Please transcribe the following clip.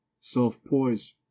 Self-poise